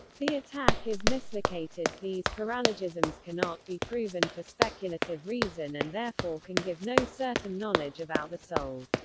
the attack is mislocated these paralogisms cannot be proven for speculative reason and therefore can give no certain knowledge about the soul.